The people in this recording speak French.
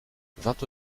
vingt